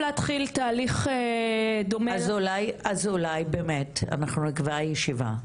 אז אולי באמת אנחנו נקבע ישיבה,